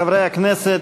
חברי הכנסת,